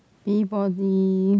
see body